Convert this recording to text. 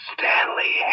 Stanley